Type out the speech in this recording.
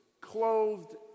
clothed